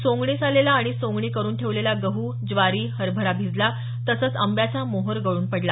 सोंगणीस आलेला आणि सोंगणी करुन ठेवलेला गहू ज्वारी हरभरा भिजला तसंच आंब्याचा मोहोर गळून पडला